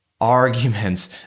arguments